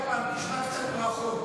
בוא אליי הביתה, תשמע קצת ברכות.